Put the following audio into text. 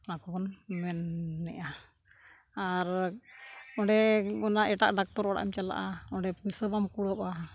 ᱚᱱᱟ ᱠᱚᱵᱚᱱ ᱢᱮᱱᱮᱜᱼᱟ ᱟᱨ ᱚᱸᱰᱮ ᱚᱱᱟ ᱮᱴᱟᱜ ᱰᱟᱠᱛᱟᱨ ᱚᱲᱟᱜ ᱮᱢ ᱪᱟᱞᱟᱜᱼᱟ ᱚᱸᱰᱮ ᱯᱩᱭᱥᱟᱹ ᱵᱟᱢ ᱠᱩᱲᱟᱹᱜᱼᱟ